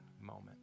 moment